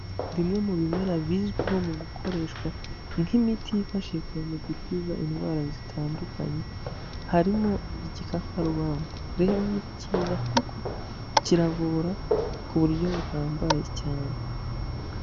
Bimwe m'ibimera bizwiho mu gukoreshwa nk'imiti yifashishwa mu gukumira indwara zitandukanye harimo igikakarubamba rero ni cyiza kuko kiravura ku buryo buhambaye cyane.